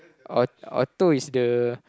aut~ auto is the